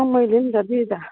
अँ मैले